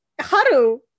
Haru